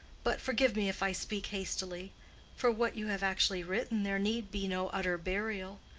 but forgive me if i speak hastily for what you have actually written there need be no utter burial.